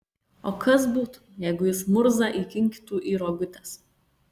o kas būtų jeigu jis murzą įkinkytų į rogutes